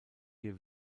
hier